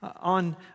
on